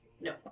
No